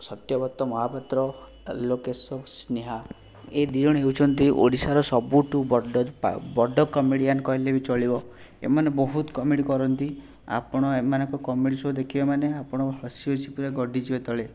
ସତ୍ୟବ୍ରତ ମହାପାତ୍ର ଆଲୋକେସ ସ୍ନେହା ଏ ଦୁଇଜଣ ହେଉଛନ୍ତି ଓଡ଼ିଶାର ସବୁଠୁ ବଡ଼ ପା ବଡ଼ କମେଡ଼ିଆନ୍ କହିଲେ ବି ଚଳିବ ଏମାନେ ବହୁତ କମେଡ଼ି କରନ୍ତି ଆପଣ ଏମାନଙ୍କ କମେଡ଼ି ଶୋ ଦେଖିବେ ମାନେ ଆପଣ ହସି ହସି ପୂରା ଗଡ଼ିଯିବେ ତଳେ